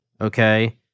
okay